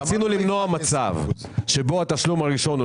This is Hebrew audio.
רצינו למנוע מצב שבו התשלום הראשון הוא